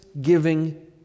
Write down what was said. giving